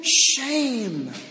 shame